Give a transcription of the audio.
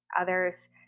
Others